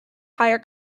higher